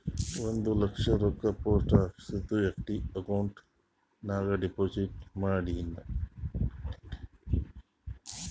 ಒಂದ್ ಲಕ್ಷ ರೊಕ್ಕಾ ಪೋಸ್ಟ್ ಆಫೀಸ್ದು ಎಫ್.ಡಿ ಅಕೌಂಟ್ ನಾಗ್ ಡೆಪೋಸಿಟ್ ಮಾಡಿನ್